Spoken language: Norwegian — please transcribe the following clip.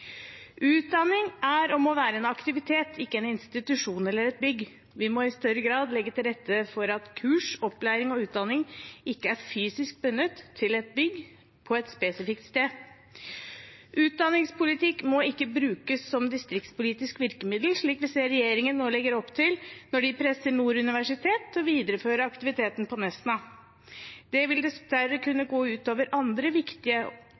Utdanning er og må være en aktivitet, ikke en institusjon eller et bygg. Vi må i større grad legge til rette for at kurs, opplæring og utdanning ikke er fysisk bundet til et bygg på et spesifikt sted. Utdanningspolitikk må ikke brukes som distriktspolitisk virkemiddel, slik vi ser regjeringen nå legger opp til når de presser Nord universitet til å videreføre aktiviteten på Nesna. Det vil dessverre kunne gå ut over andre viktige